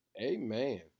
Amen